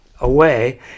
away